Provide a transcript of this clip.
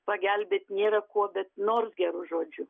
pagelbėt nėra kuo bet nors geru žodžiu